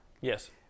Yes